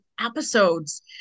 episodes